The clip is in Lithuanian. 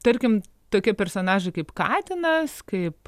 tarkim tokie personažai kaip katinas kaip